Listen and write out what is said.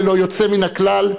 ללא יוצא מן הכלל,